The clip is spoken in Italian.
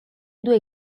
due